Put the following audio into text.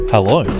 Hello